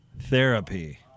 Therapy